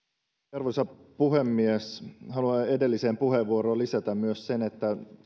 arvoisa puhemies haluan edelliseen puheenvuoroon vielä lisätä tähän liittyen myös sen että